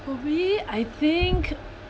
for me I think